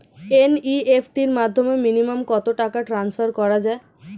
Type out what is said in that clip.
NEFT র মাধ্যমে minimum কত টাকা টান্সফার করা যায়?